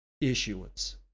issuance